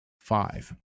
Five